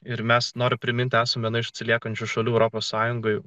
ir mes noriu priminti esame iš atsiliekančių šalių europos sąjungoje